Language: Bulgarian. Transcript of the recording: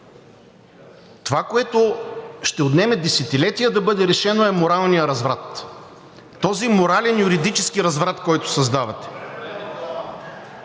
Това, което ще отнеме десетилетия да бъде решено, е моралният разврат – този морален юридически разврат, който създавате.